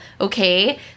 Okay